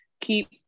keep